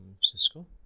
Cisco